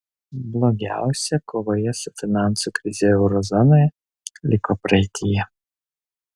blogiausia kovoje su finansų krize euro zonoje liko praeityje